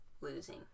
losing